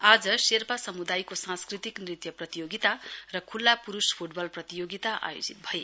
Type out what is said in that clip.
आज शेर्पा सम्दायको सांस्कृतिक नृत्य प्रतियोगिता र ख्ल्ला प्रूष फ्टबल प्रतियोगिता आयोजित भयो